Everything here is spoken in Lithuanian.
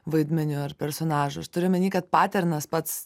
vaidmeniu ar personažu aš turiu omeny kad paternas pats